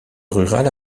rurale